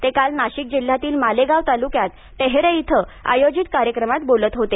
ते काल नाशिक जिल्ह्यातील मालेगाव तालुक्यात टेहरे इथं आयोजित कार्यक्रमात बोलत होते